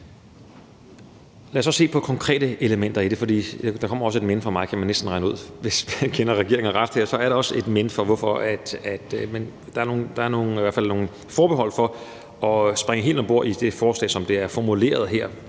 Lad os så se på konkrete elementer i det, for der kommer også et men fra mig, kan man næsten regne ud; hvis man kender regeringen ret, er der også et men. Der er i hvert fald nogle forbehold i forhold til at springe helt om bord i forslaget, som det er formuleret her.